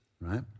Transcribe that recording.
right